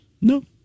No